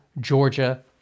Georgia